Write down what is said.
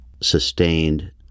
sustained